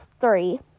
three